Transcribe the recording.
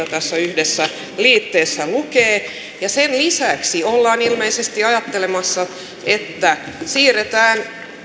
tässä yhdessä liitteessä lukee sen lisäksi ollaan ilmeisesti ajattelemassa että siirretään